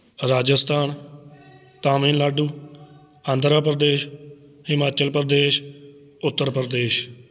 Rajasthan Tamil Nadu Andhra Pradesh Himachal Pradesh Uttar Pradesh